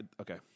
Okay